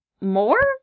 more